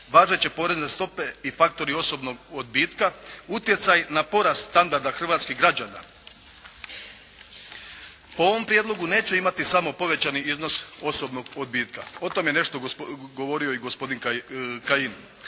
važeće porezne stope i faktori osobnog odbitka utjecaj na porast standarda hrvatskih građana po ovom prijedlogu neće imati samo povećani iznos osobnog odbitka. O tom je nešto govorio i gospodin Kajin.